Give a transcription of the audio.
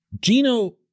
Gino